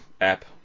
app